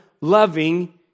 loving